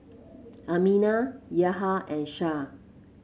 Aminah Yahya and Shah